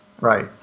right